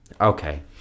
okay